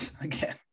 again